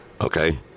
okay